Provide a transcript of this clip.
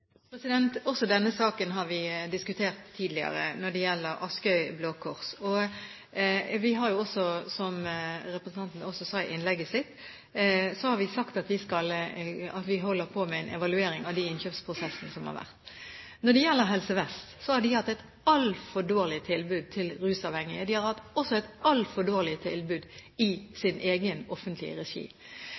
har også, som representanten sa i innlegget sitt, sagt at vi holder på med en evaluering av de innkjøpsprosessene som har vært. Når det gjelder Helse Vest, har de hatt et altfor dårlig tilbud til rusavhengige. De har også hatt et altfor dårlig tilbud i egen offentlig regi.